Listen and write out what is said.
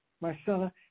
Marcella